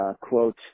quote